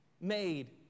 made